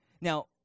Now